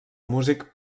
músic